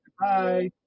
bye